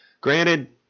Granted